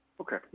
Okay